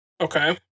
Okay